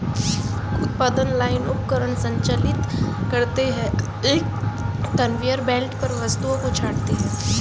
उत्पादन लाइन उपकरण संचालित करते हैं, एक कन्वेयर बेल्ट पर वस्तुओं को छांटते हैं